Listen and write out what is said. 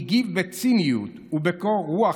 הגיב בציניות ובקור רוח,